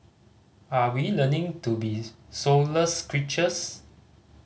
are we learning to be soulless creatures